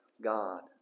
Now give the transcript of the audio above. God